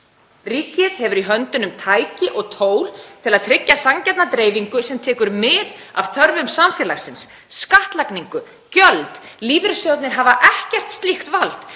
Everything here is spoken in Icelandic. Ríkið hefur í höndunum tæki og tól til að tryggja sanngjarna dreifingu sem tekur mið af þörfum samfélagsins; skattlagningu, gjöld. Lífeyrissjóðirnir hafa ekkert slíkt vald.